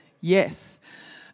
Yes